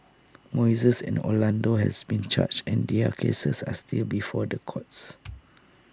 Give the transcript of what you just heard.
Moises and Orlando have been charged and their cases are still before the courts